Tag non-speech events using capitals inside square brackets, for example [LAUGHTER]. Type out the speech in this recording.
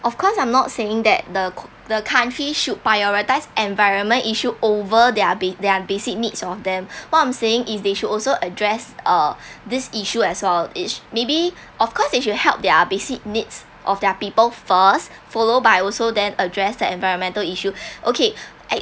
of course I'm not saying that the co~ the countries should prioritise environment issue over their ba~ their basic needs of them [BREATH] what I'm saying is they should also address uh [BREATH] this issue as well is maybe [BREATH] of course they should help their basic needs of their people first [BREATH] follow by also then address the environmental issue [BREATH] okay act~